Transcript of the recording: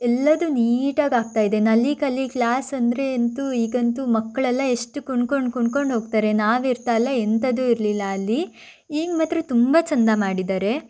ಎಲ್ಲವೂ ನೀಟಾಗಿ ಆಗ್ತಾ ಇದೆ ನಲಿ ಕಲಿ ಕ್ಲಾಸ್ ಅಂದರೆ ಅಂತೂ ಈಗಂತೂ ಮಕ್ಕಳೆಲ್ಲ ಎಷ್ಟು ಕುಣ್ಕೊಂಡು ಕುಣ್ಕೊಂಡು ಹೋಗ್ತಾರೆ ನಾವಿರ್ತೇಲ್ಲ ಎಂಥದೂ ಇರಲಿಲ್ಲ ಅಲ್ಲಿ ಈಗ ಮಾತ್ರ ತುಂಬ ಚಂದ ಮಾಡಿದ್ದಾರೆ